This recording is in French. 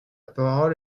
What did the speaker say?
parole